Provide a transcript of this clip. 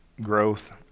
growth